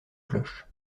cloches